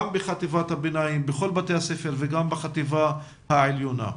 בחטיבת הביניים בכל בתי הספר וגם בחטיבה העליונה.